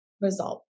Result